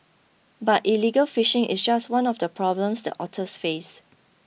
but illegal fishing is just one of the problems the otters face